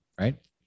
right